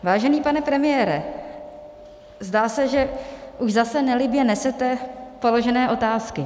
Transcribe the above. Vážený pane premiére, zdá se, že už zase nelibě nesete položené otázky.